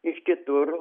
iš kitur